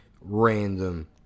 random